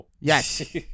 Yes